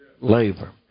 labor